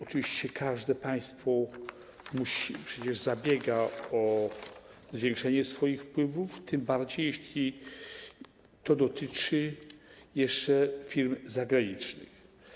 Oczywiście każde państwo przecież zabiega o zwiększenie swoich wpływów, tym bardziej jeśli dotyczy to jeszcze firm zagranicznych.